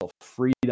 freedom